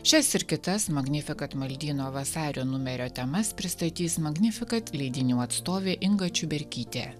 šias ir kitas magnifikat maldyno vasario numerio temas pristatys magnifikat leidinių atstovė inga čiuberkytė